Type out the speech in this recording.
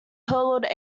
herald